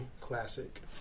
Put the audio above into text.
classic